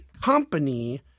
company